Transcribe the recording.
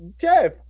Jeff